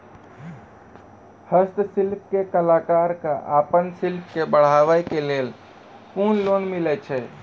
हस्तशिल्प के कलाकार कऽ आपन शिल्प के बढ़ावे के लेल कुन लोन मिलै छै?